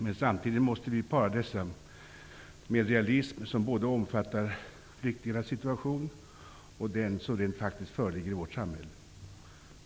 Men samtidigt måste vi para dessa med en realism som både omfattar flyktingarnas situation och den situation som rent faktiskt föreligger i vårt samhälle.